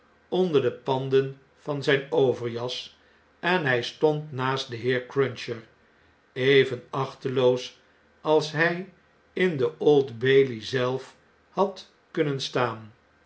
onder de panden van zjjn overjas en hy stond naast den heer cruncher even achteloos als hj in de d bailey zelf had kunnen staan